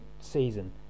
season